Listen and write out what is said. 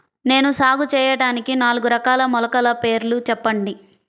నేను సాగు చేయటానికి నాలుగు రకాల మొలకల పేర్లు చెప్పండి?